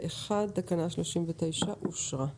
הצבעה אושרה.